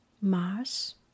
Mars